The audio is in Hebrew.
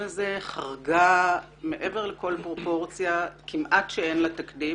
הזה חרגה מעבר לכל פרופורציה וכמעט שאין לה תקדים.